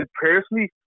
personally